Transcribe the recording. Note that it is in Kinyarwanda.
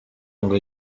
ngo